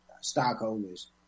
stockholders